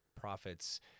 profits